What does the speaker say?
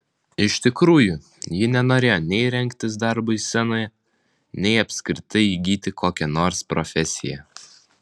iš tikrųjų ji nenorėjo nei rengtis darbui scenoje nei apskritai įgyti kokią nors profesiją